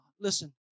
Listen